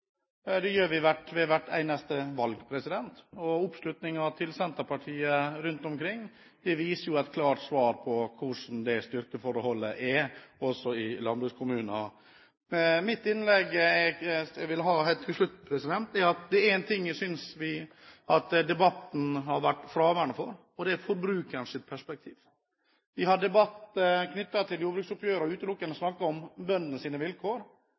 Det gjør vi ved hvert eneste valg. Oppslutningen til Senterpartiet rundt omkring viser jo et klart svar på hvordan styrkeforholdet er også i landbrukskommunene. Det jeg vil si helt til slutt i mitt innlegg, er at det er én ting jeg synes har vært fraværende i debatten, og det er forbrukerens perspektiv. Vi har hatt en debatt knyttet til jordbruksoppgjøret og utelukkende snakket om bøndenes vilkår.